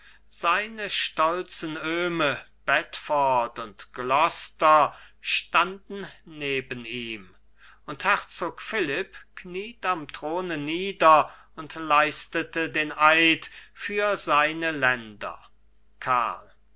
seine stolzen öhme bedford und gloster standen neben ihm und herzog philipp kniet am throne nieder und leistete den eid für seine länder karl